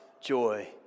joy